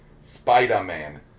spider-man